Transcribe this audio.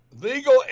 Legal